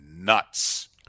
Nuts